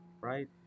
right